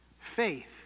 Faith